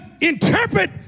interpret